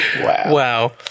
Wow